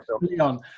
Leon